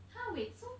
!huh! wait so